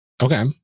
okay